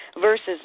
versus